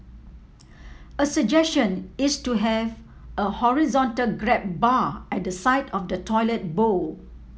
a suggestion is to have a horizontal grab bar at the side of the toilet bowl